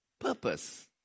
purpose